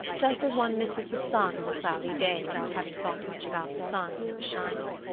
just as one misses the sun on a cloudy day without having thought much about the sun when it was shining.